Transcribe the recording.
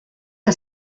que